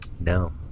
No